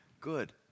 good